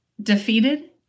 defeated